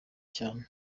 cyane